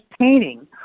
painting